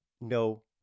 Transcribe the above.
No